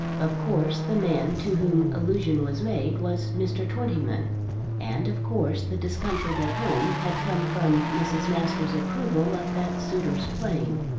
of course the man to whom allusion was made was mr. twentyman and of course the discomfort at home had come from mrs. masters' approval of that suitor's claim.